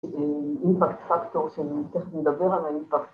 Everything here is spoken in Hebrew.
אימפקט פקטור שלנו, תכף נדבר על האימפקט.